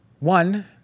One